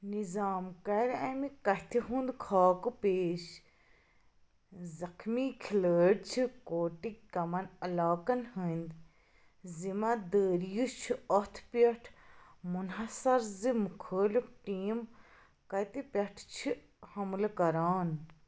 نظام کَرِ اَمہِ کَتھِ ہُنٛد خاکہٕ پیش زخمۍ کھلٲڑۍ چھِ کوٹٕکۍ کَمَن علاقَن ہٕنٛدۍ ذمہٕ دار یہِ چھُ اَتھ پٮ۪ٹھ منحصر زِ مُخٲلف ٹیٖم کَتہِ پٮ۪ٹھ چھِ حملہٕ کران